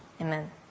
amen